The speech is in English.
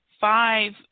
five